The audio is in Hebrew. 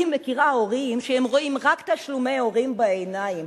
אני מכירה הורים שהם רק רואים תשלומי הורים בעיניים,